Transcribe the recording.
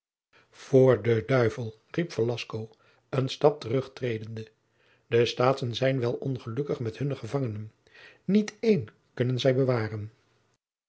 voor den duivel riep velasco een stap terugtredende de staatschen zijn wel ongelukkig met hunne gevangenen niet één kunnen zij bewaren